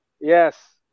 Yes